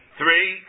three